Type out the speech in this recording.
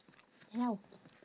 then how